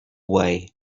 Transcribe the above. away